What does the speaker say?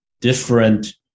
different